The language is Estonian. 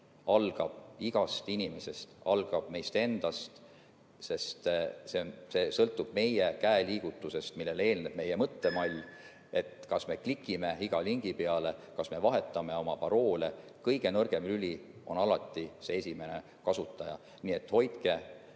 algab igast inimesest, algab meist endast, sest see sõltub meie käeliigutusest, millele eelneb meie mõttemall, et kas me klikime iga lingi peale, kas me vahetame oma paroole. Kõige nõrgem lüli on alati see esimene kasutaja. Nii et hoidkem